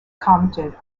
commented